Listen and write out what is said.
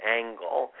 angle